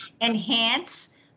enhance